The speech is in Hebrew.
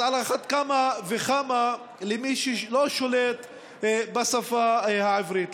אז על אחת כמה וכמה למי שלא שולט בשפה העברית.